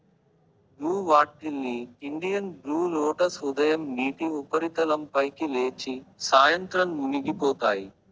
blue water lily, Indian blue lotus ఉదయం నీటి ఉపరితలం పైకి లేచి, సాయంత్రం మునిగిపోతాయి